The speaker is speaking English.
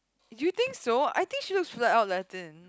you think so I think she looks right out Latin